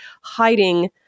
hiding